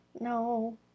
No